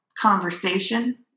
conversation